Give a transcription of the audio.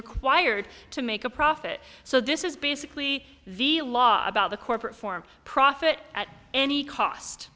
required to make a profit so this is basically the law about the corporate form profit at any cost